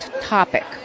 topic